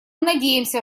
надеемся